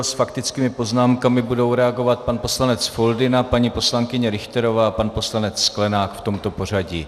S faktickými poznámkami budou reagovat pan poslanec Foldyna, paní poslankyně Richterová a pan poslanec Sklenák v tomto pořadí.